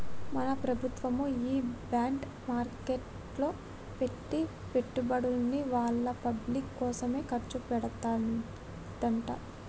మన ప్రభుత్వము ఈ బాండ్ మార్కెట్లో పెట్టి పెట్టుబడుల్ని వాళ్ళ పబ్లిక్ కోసమే ఖర్చు పెడతదంట